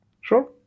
Sure